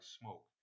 smoke